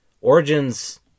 Origins